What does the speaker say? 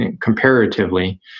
comparatively